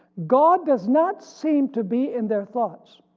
god does not seem to be in their thoughts.